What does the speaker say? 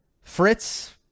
Fritz